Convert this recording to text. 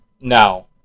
Now